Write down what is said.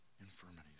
infirmities